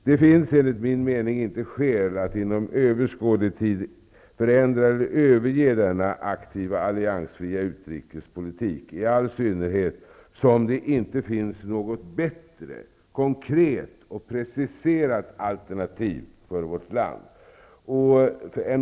Det finns, enligt min mening, inte skäl att inom överskådlig tid förändra eller överge denna aktiva alliansfria utrikespolitik, i all synnerhet som det inte finns något bättre konkret och preciserat alternativ för vårt land.